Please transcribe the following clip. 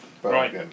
Right